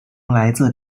来自